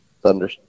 Thunder